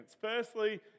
Firstly